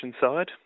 side